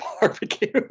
Barbecue